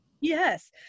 Yes